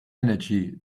energy